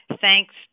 thanks